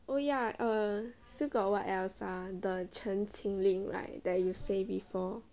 oh ya err still got what else ah the 陈情令 right that you say before